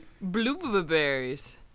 Blueberries